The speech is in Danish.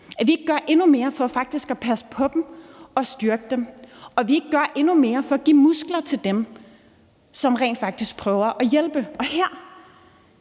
at vi ikke gør endnu mere for faktisk at passe på dem og styrke dem, og at vi ikke gør endnu mere for at give muskler til dem, som rent faktisk prøver at hjælpe. Med